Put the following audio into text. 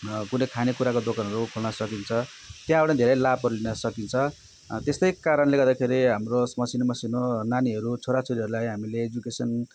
कुनै खाने कुराको दोकानहरू खोल्न सकिन्छ त्यहाँबाट नि धेरै लाभहरू लिन सकिन्छ त्यस्तै कारणले गर्दाखेरि हाम्रो मसिनो मसिनो नानीहरू छोरा छोरीहरूलाई हामीले एजुकेसन